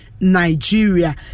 nigeria